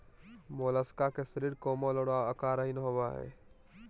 Mollusca के शरीर कोमल और आकारहीन होबय हइ